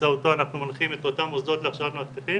שבאמצעותו אנחנו מנחים את אותן מוסדות להכשרת מאבטחים